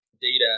data